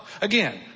again